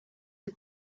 had